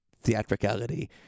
theatricality